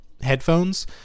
headphones